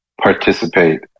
participate